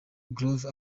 groove